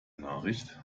nachricht